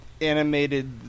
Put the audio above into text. animated